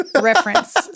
reference